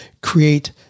create